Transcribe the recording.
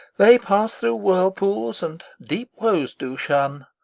they pass through whirl-pools, and deep woes do shun,